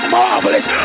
marvelous